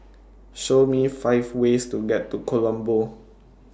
Show Me five ways to get to Colombo